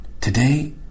Today